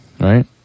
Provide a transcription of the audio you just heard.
right